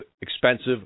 expensive